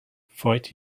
fight